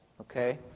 okay